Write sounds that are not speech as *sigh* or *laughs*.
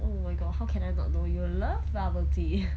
oh my god how can I not know you love bubble tea *laughs*